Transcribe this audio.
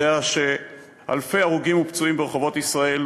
יודע שאלפי הרוגים ופצועים ברחובות בישראל,